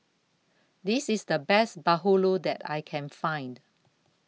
This IS The Best Bahulu that I Can Find